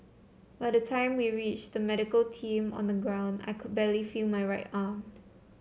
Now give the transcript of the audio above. by the time we reached the medical team on the ground I could barely feel my right arm